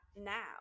now